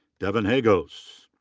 devon hagos.